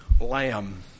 Lamb